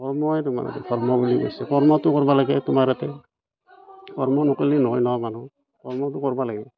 কৰ্মই আমাৰ ধৰ্ম বুলি কৈছে কৰ্মটো কৰিব লাগে তোমাৰ তাতে কৰ্ম নকৰিলে নহয় ন মানুহ কৰ্মটো কৰিব লাগে